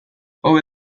hobe